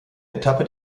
etappe